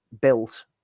built